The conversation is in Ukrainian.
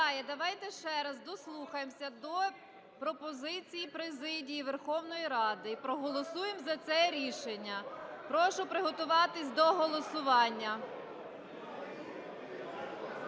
Давайте ще раз дослухаємося до пропозиції президії Верховної Ради і проголосуємо за це рішення. Прошу приготуватись до голосування.